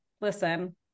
listen